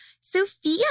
Sophia